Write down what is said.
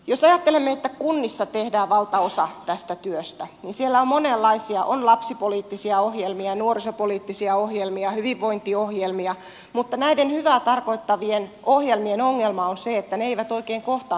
jos ajattelemme että kunnissa tehdään valtaosa tästä työstä niin siellä on monenlaisia ohjelmia on lapsipoliittisia ohjelmia nuorisopoliittisia ohjelmia hyvinvointiohjelmia mutta näiden hyvää tarkoittavien ohjelmien ongelma on se että ne eivät oikein kohtaa päätöksenteon kanssa